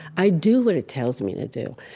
i do what it tells me to do.